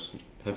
uh